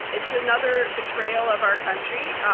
it's another betrayal of our country.